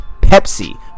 pepsi